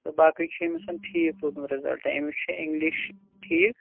تہٕ باقٕے چھِ أمِس ٹھیٖک روٗدمُت رِزَلٹ أمِس چھُ اِنٛگلِش ٹھیٖک